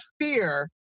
fear